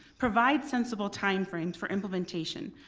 provide sensible timeframes for implementation.